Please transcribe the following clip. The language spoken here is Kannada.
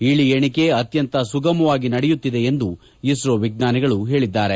ಇಳಿ ಎಣಿಕೆ ಅತ್ಯಂತ ಸುಗಮವಾಗಿ ನಡೆಯುತ್ತಿದೆ ಎಂದು ಇಸ್ತೋ ವಿಜ್ವಾನಿಗಳು ಹೇಳಿದ್ದಾರೆ